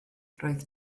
roedd